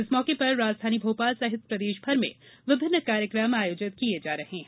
इस मौके पर राजधानी भोपाल सहित प्रदेशभर में विभिन्न कार्यक्रम आयोजित किए जा रहे है